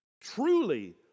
Truly